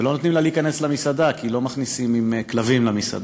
ולא נותנים לה להיכנס למסעדה כי לא מכניסים כלבים למסעדה.